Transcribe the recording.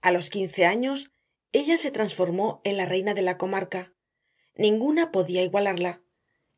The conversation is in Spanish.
a los quince años ella se transformó en la reina de la comarca ninguna podía igualarla